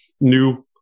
new